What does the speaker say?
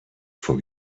for